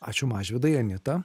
ačiū mažvydui anita